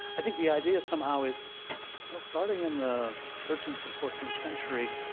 i think the idea is somehow is starting in the thirteenth and fourteenth century